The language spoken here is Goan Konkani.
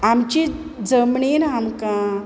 आमची जमनीन आमकां